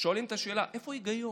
שואלים את השאלה: איפה ההיגיון?